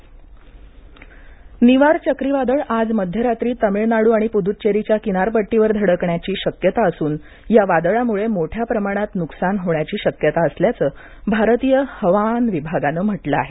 निवार चक्रीवादळ निवार चक्रीवादळ आज मध्यरात्री तामिळनाडू आणि पुद्धचेरीच्या किनारपट्टीवर धडकण्याची शक्यता असून या वादळामुळे मोठ्या प्रमाणात नुकसान होण्याची शक्यता असल्याचं भारतीय हवामान विभागाने म्हटलं आहे